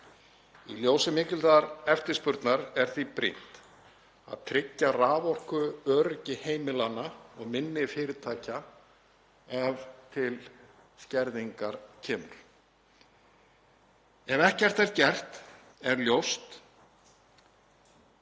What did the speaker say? Í ljósi mikillar eftirspurnar er því brýnt að tryggja raforkuöryggi heimila og minni fyrirtækja ef til skerðingar kemur. Ef ekkert er gert er ljóst